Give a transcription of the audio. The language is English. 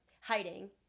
hiding